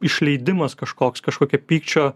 išleidimas kažkoks kažkokia pykčio